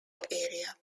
area